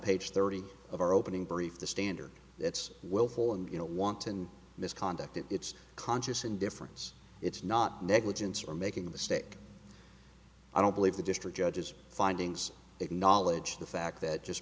page thirty of our opening brief the standard that's willful and you know wanton misconduct if it's conscious and difference it's not negligence or making a mistake i don't believe the district judge's findings acknowledge the fact that just